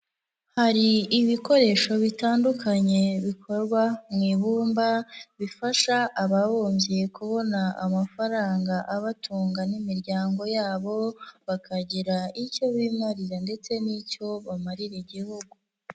Hari ibikoresho bitandukanye bikorwa mu ibumba, bifasha ababumbyi kubona amafaranga abatunga n'imiryango yabo, bakagira icyo bimarira ndetse n'icyo bamarira igihugu.